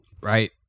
right